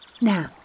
Now